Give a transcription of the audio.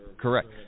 Correct